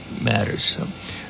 matters